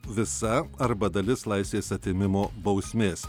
visa arba dalis laisvės atėmimo bausmės